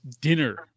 dinner